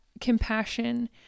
compassion